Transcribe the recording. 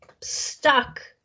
stuck